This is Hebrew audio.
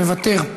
מוותר,